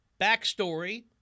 backstory